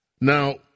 Now